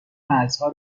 مرزها